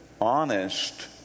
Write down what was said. honest